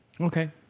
Okay